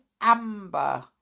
Amber